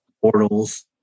portals